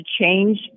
change